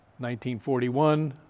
1941